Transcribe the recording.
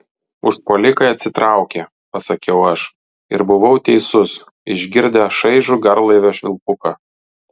užpuolikai atsitraukė pasakiau aš ir buvau teisus išgirdę šaižų garlaivio švilpuką